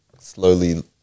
slowly